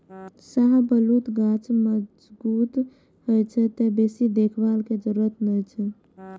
शाहबलूत गाछ मजगूत होइ छै, तें बेसी देखभाल के जरूरत नै छै